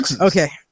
okay